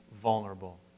Vulnerable